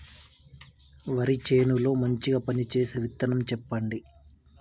వరి చేను లో మంచిగా పనిచేసే విత్తనం చెప్పండి?